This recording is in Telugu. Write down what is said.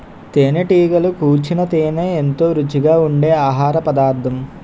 తేనెటీగలు కూర్చిన తేనే ఎంతో రుచిగా ఉండె ఆహారపదార్థం